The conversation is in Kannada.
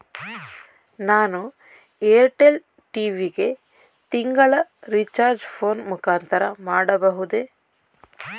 ನಾನು ಏರ್ಟೆಲ್ ಟಿ.ವಿ ಗೆ ತಿಂಗಳ ರಿಚಾರ್ಜ್ ಫೋನ್ ಮುಖಾಂತರ ಮಾಡಬಹುದೇ?